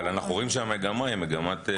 אבל אנחנו רואים שהמגמה היא מגמת דיווח.